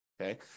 okay